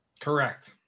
Correct